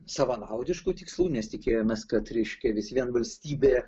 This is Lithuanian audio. savanaudiškų tikslų nes tikėjomės kad reiškia vis vien valstybė